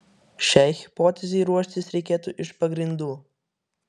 šiai hipotezei ruoštis reikėtų iš pagrindų